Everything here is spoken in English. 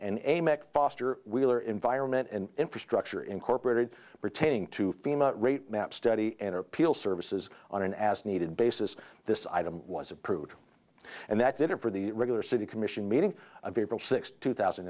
and aim at foster wheeler environment and infrastructure incorporated pertaining to fema rate map study and or peel services on an as needed basis this item was approved and that did it for the regular city commission meeting of april sixth two thousand